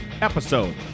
episode